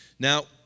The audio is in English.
Now